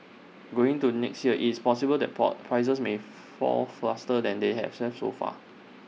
going to next year IT is possible that prices may fall faster than they have some so far